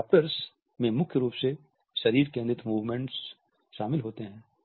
adopters में मुख्य रूप से शरीर केंद्रित मूवमेंट्स शामिल होते हैं